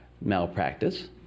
malpractice